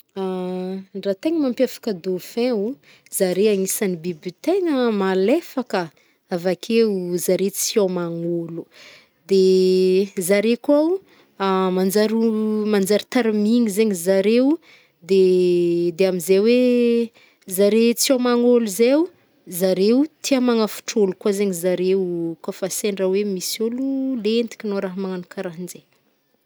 Raha tena mampiavaka dauphin o, zare anisan'ny biby tegna malefaka avakeo- zare tsy ao hômagn'ôlo. Zare koeo manjaro- manjary tara amin'izy zegny zareo amin'izay hoe zare tsy hômagn'ôlo zaio, zareo tia manavitr olo koa zegny zareo- koa fa sendra hoe misy olo-lentika na magnagno raha karahanjegny.